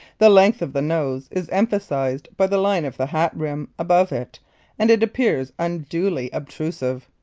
the length of the nose is emphasized by the line of the hat-rim above it and it appears unduly obtrusive.